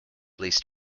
least